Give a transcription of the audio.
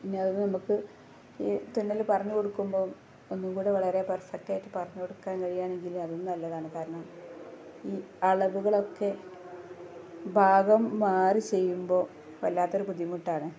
പിന്നെ അതിനിടയ്ക്ക് ഈ തുന്നല് പറഞ്ഞുകൊടുക്കുമ്പോള് ഒന്നും കൂടെ വളരെ പെർഫെക്റ്റായിട്ട് പറഞ്ഞുകൊടുക്കാൻ കഴിയുകയാണെങ്കില് അതും നല്ലതാണ് കാരണം ഈ അളവുകളൊക്കെ ഭാഗം മാറി ചെയ്യുമ്പോള് വല്ലാത്തയൊരു ബുദ്ധിമുട്ടാണ്